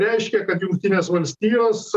reiškia kad jungtinės valstijos